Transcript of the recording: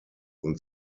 und